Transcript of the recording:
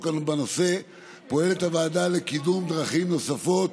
בנושא פועלת הוועדה לקידום דרכים נוספות,